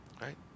right